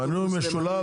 מחיר אחיד, מנוי משולב.